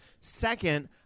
Second